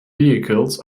vehicles